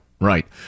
right